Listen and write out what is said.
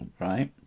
right